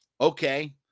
okay